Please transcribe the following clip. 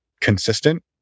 consistent